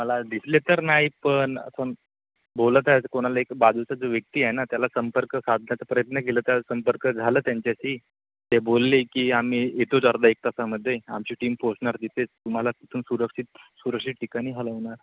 मला दिसले तर नाहीत पण असं बोलत आहे कोणाला एक बाजूचा जो व्यक्ती आहे ना त्याला संपर्क साधण्याचा प्रयत्न केलं त्या संपर्क झालं त्यांच्याशी ते बोलले की आम्ही येतोच अर्धा एक तासामध्ये आमची टीम पोचणार तिथे तुम्हाला तिथून सुरक्षित सुरक्षित ठिकाणी हलवणार